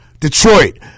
Detroit